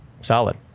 Solid